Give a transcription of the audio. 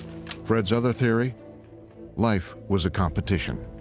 fred's other theory life was a competition.